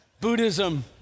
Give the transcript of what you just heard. Buddhism